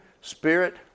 spirit